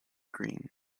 green